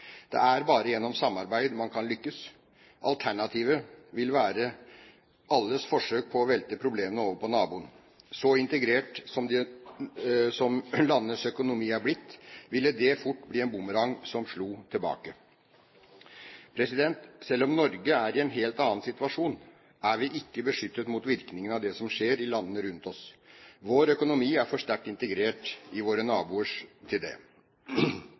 Det er bare gjennom samarbeid man kan lykkes. Alternativet ville vært alles forsøk på å velte problemene over på naboen. Så integrert som landenes økonomi er blitt, ville det fort bli en bumerang som slo tilbake. Selv om Norge er i en helt annen situasjonen, er vi ikke beskyttet mot virkningene av det som skjer i landene rundt oss. Vår økonomi er for sterkt integrert i våre naboers til det.